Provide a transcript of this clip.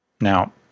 Now